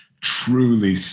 truly